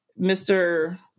Mr